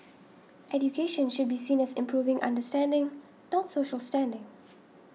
education should be seen as improving understanding not social standing